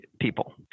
people